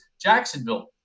Jacksonville